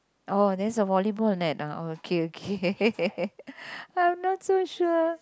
oh there's a volleyball net ah okay okay I'm not so sure